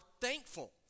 thankful